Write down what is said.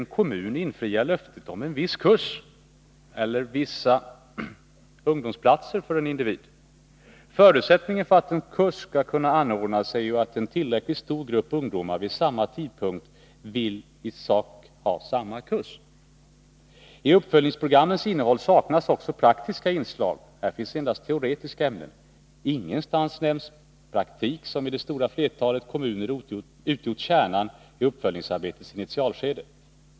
en kommun infria löftet om en viss kurs eller viss ungdomsplats för en individ? Förutsättningen för att en kurs skall kunna anordnas är ju att en tillräckligt stor grupp ungdomar vid samma tidpunkt vill i sak ha samma kurs. I uppföljningsprogrammens innehåll saknas också praktiska inslag. Här finns endast teoretiska ämnen. Ingenstans nämns praktik, som i det stora flertalet kommuner utgjort kärnan i uppföljningsarbetets initialskede.